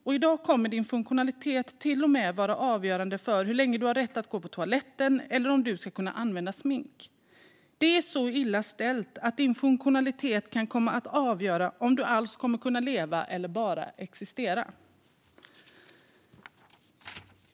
I dag kommer din funktionalitet till och med att vara avgörande för hur länge du har rätt att gå på toaletten eller om du ska kunna använda smink. Det är så illa ställt att din funktionalitet kan komma att avgöra om du alls kommer att kunna leva eller bara existera.